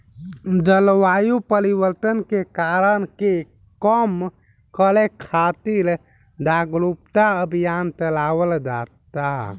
जलवायु परिवर्तन के कारक के कम करे खातिर जारुकता अभियान चलावल जाता